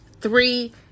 Three